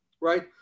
right